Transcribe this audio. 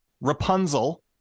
Rapunzel